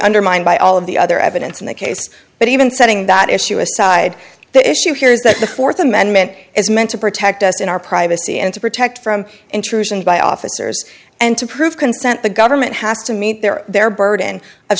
undermined by all of the other evidence in the case but even setting that issue aside the issue here is that the th amendment is meant to protect us in our privacy and to protect from intrusion by officers and to prove consent the government has to meet their their burden of